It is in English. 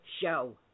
show